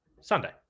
Sunday